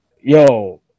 yo